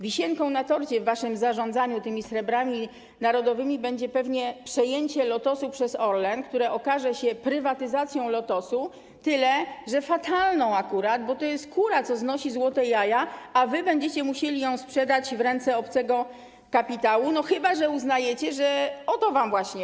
Wisienką na torcie w waszym zarządzaniu tymi srebrami narodowymi będzie pewnie przejęcie Lotosu przez Orlen, które okaże się prywatyzacją Lotosu, tyle że akurat fatalną, bo to jest kura, która znosi złote jaja, a wy będziecie musieli ją sprzedać w ręce obcego kapitału, chyba że uznajecie, że o to wam właśnie chodzi.